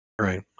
Right